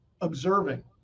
observing